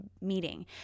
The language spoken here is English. meeting